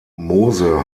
mose